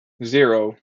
zero